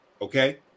Okay